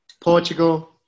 portugal